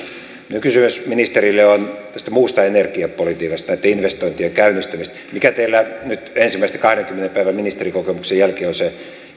kysymys ministerille on tästä muusta energiapolitiikasta näitten investointien käynnistämisestä mikä teillä nyt ensimmäisten kahdenkymmenen päivän ministerikokemuksen jälkeen on se